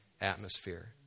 atmosphere